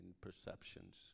perceptions